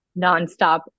nonstop